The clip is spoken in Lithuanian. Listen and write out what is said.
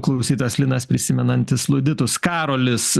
klausytojas linas prisimenantis luditus karolis